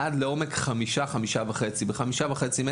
עד לעומק של חמישה-חמישה וחצי מטר.